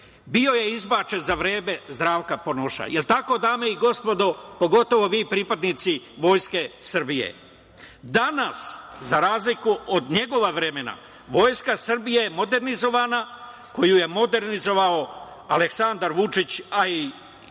bio je izbačen za vreme Zdravka Ponoša. Jel tako, dame i gospodo, pogotovo vi pripadnici Vojske Srbije? Danas, za razliku od njegova vremena, Vojska Srbija je modernizovana, koju je modernizovao Aleksandar Vučić, a i